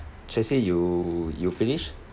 jessy you you finish